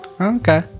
Okay